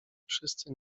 wszyscy